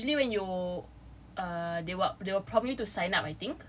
usually when you ah they will they will prompt you to sign up I think